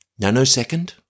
nanosecond